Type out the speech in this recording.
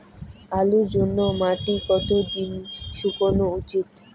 আলুর জন্যে মাটি কতো দিন শুকনো উচিৎ?